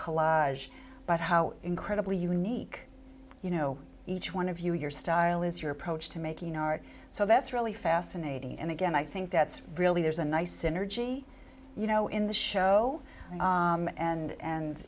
collage but how incredibly unique you know each one of you your style is your approach to making art so that's really fascinating and again i think that's really there's a nice synergy you know in the show and a